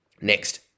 Next